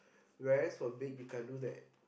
while as from big you can't do that